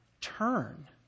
Turn